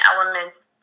elements